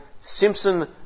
Simpson